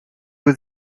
was